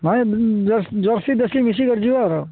ହଁ ଏଇ ଜ ଜର୍ଷି ଦେଶୀ ମିଶିକି ଅଛି ଆଉ